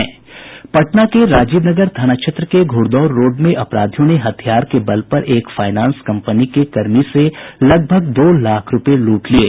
पटना के राजीवनगर थाना क्षेत्र के घुड़दौड़ रोड में अपराधियों ने हथियार के बल पर एक फाइनांस कम्पनी के कर्मी से लगभग दो लाख रूपये लूट लिये